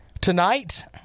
tonight